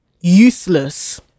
useless